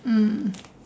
mm